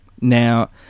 Now